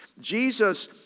Jesus